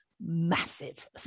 massive